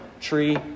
tree